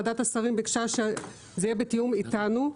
ועדת השרים ביקשה שזה יהיה בתיאום איתנו.